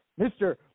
Mr